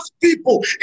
people